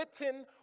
written